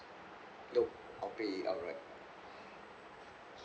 nope I'll pay it outright